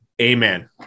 Amen